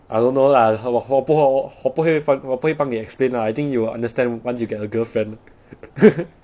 I don't know lah 我我我不会我不会我不会帮你 explain lah I think you will understand once you get a girlfriend